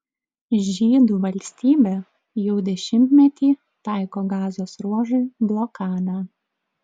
žydų valstybė jau dešimtmetį taiko gazos ruožui blokadą